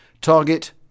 Target